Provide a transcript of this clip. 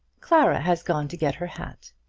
clara has gone to get her hat.